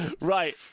Right